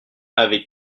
avec